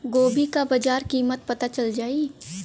गोभी का बाजार कीमत पता चल जाई?